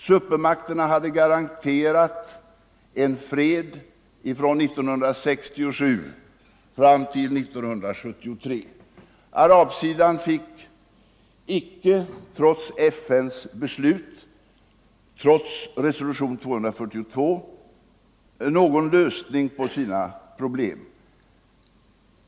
Supermakterna hade garanterat fred från 1967 till 1973. Arabsidan fick inte någon lösning på sina problem trots FN:s beslut och trots resolution 242.